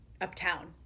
uptown